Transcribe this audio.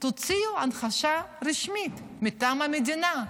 תוציאו הכחשה רשמית מטעם המדינה.